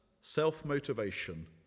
self-motivation